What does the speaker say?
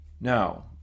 Now